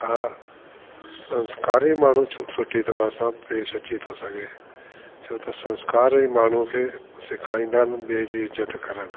हा संस्कारी माण्हू सुठी तरह सां पेश अची थो सघे छो त संस्कारी माण्हू खे सेखारींदा आहिनि ॿिए जी इज़त करणु